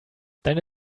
deine